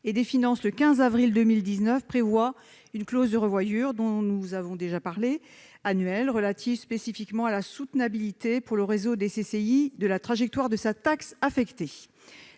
et des finances le 15 avril 2019 prévoit une clause de revoyure annuelle afin d'étudier spécifiquement la soutenabilité pour le réseau des CCI de la trajectoire de sa taxe affectée.